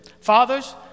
Fathers